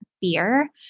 fear